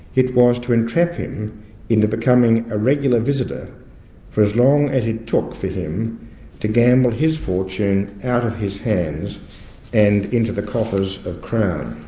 it was to entrap him into becoming a regular visitor for as long as it took for him to gamble his fortune out of his hands and into the coffers of crown.